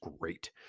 great